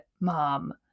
Mom